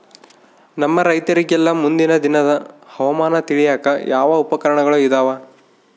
ನಮ್ಮ ರೈತರಿಗೆಲ್ಲಾ ಮುಂದಿನ ದಿನದ ಹವಾಮಾನ ತಿಳಿಯಾಕ ಯಾವ ಉಪಕರಣಗಳು ಇದಾವ?